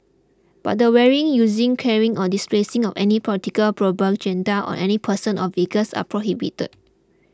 but the wearing using carrying or displaying of any political propaganda on any person or vehicles are prohibited